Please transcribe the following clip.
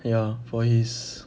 ya for his